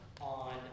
on